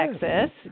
Texas